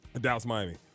Dallas-Miami